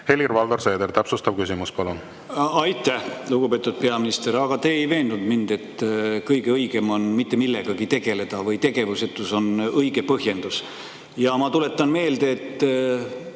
Helir-Valdor Seeder, täpsustav küsimus, palun! Aitäh, lugupeetud peaminister! Te ei veennud mind, et kõige õigem on mitte millegagi tegeleda või et tegevusetus on õige põhjendus. Ma tuletan meelde, et